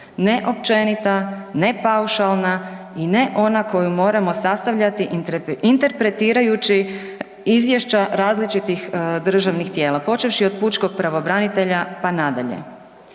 ne općenita, ne paušalna i ne ona koju moramo sastavljati interpretirajući izvješća različitih državnih tijela počevši od pučkog pravobranitelja, pa nadalje.